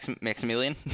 Maximilian